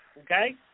Okay